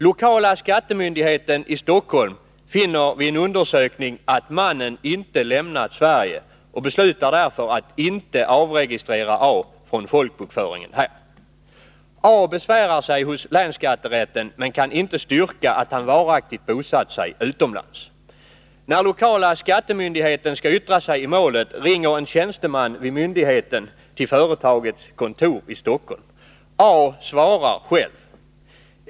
Lokala skattemyndigheten i Stockholm finner vid en undersökning att mannen inte lämnat Sverige och beslutar därför att inte avregistrera A från folkbokföringen här. A besvärar sig hos länsskatterätten, men kan inte styrka att han varaktigt bosatt sig utomlands. När lokala skattemyndigheten skall yttra sig i målet ringer en tjänsteman vid myndigheten till företagets kontor i Stockholm. A svarar själv!